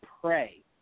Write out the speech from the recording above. pray